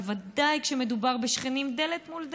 בוודאי כשמדובר בשכנים דלת מול דלת.